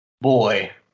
Boy